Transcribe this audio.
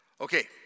Okay